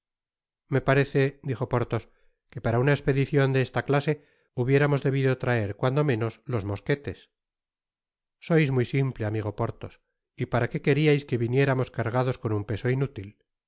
me parece dijo porthos que para una espedicion de esta clase hubiéramos debido traer cuando meóos las mosquetes sois muy simple amigo porthos y pára qué queríais que viniéramos cargados con nn peso inútil no